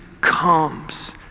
comes